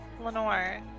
Lenore